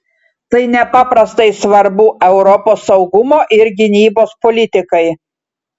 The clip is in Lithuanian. tai nepaprastai svarbu europos saugumo ir gynybos politikai